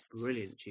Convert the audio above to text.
brilliant